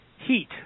heat